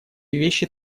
вещи